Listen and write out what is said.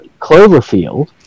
Cloverfield